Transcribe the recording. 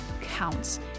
counts